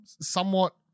somewhat